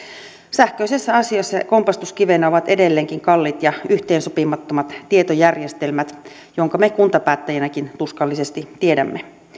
sähköisessä asioinnissa kompastuskivenä ovat edelleenkin kalliit ja yhteensopimattomat tietojärjestelmät minkä me kuntapäättäjinäkin tuskallisesti tiedämme